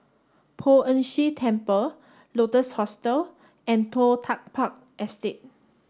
Poh Ern Shih Temple Lotus Hostel and Toh Tuck Park Estate